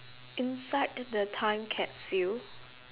inside t~ the time capsule